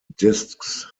discs